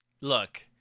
Look